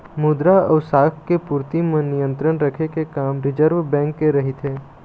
मद्रा अउ शाख के पूरति म नियंत्रन रखे के काम रिर्जव बेंक के रहिथे